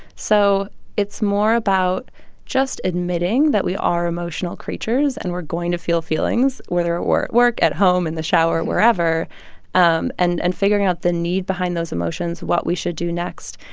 so it's more about just admitting that we are emotional creatures, and we're going to feel feelings whether ah we're at work, at home, in the shower or wherever um and and figuring out the need behind those emotions, what we should do next.